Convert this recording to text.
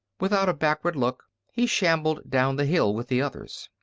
without a backward look he shambled down the hill with the others.